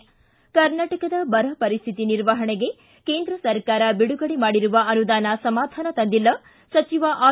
ು ಕರ್ನಾಟಕದ ಬರ ಪರಿಸ್ಟಿತಿ ನಿರ್ವಹಣೆಗೆ ಕೇಂದ್ರ ಸರಕಾರ ಬಿಡುಗಡೆ ಮಾಡಿರುವ ಅನುದಾನ ಸಮಾಧಾನ ತಂದಿಲ್ಲ ಸಚಿವ ಆರ್